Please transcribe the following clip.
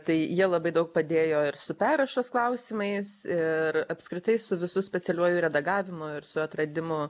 tai jie labai daug padėjo ir su perrašos klausimais ir apskritai su visu specialiuoju redagavimu ir su atradimu